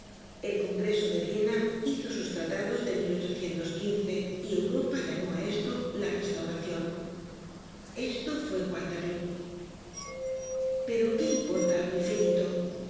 el congreso de viena hizo sus tratados de y europa llamó á esto la restauracion esto fue waterlóo pero qué importa á lo infinito